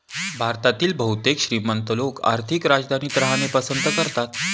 भारतातील बहुतेक श्रीमंत लोक आर्थिक राजधानीत राहणे पसंत करतात